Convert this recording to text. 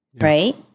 right